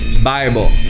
Bible